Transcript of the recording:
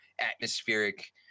atmospheric